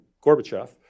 Gorbachev